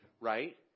right